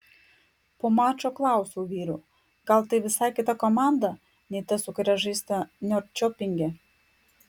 po mačo klausiau vyrų gal tai visai kita komanda nei ta su kuria žaista norčiopinge